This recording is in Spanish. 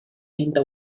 tinta